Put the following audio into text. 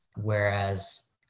Whereas